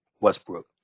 Westbrook